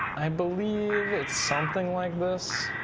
i believe it's something like this.